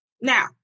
Now